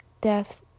death